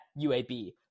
UAB